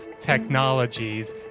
technologies